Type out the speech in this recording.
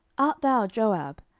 art thou joab?